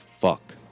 fuck